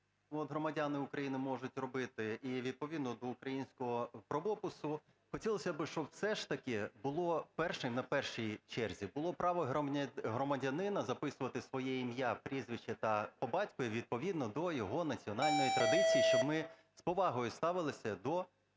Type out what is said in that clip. громадяни України можуть робити, і відповідно до українського правопису. Хотілось би, щоб все ж таки було першим, на першій черзі було право громадянина записувати своє ім'я, прізвище та по батькові відповідно до його національної традиції, щоб ми з повагою ставилися до